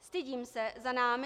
Stydím se za námi